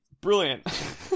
Brilliant